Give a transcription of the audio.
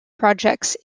projects